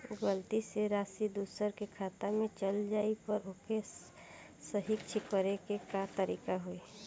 गलती से राशि दूसर के खाता में चल जइला पर ओके सहीक्ष करे के का तरीका होई?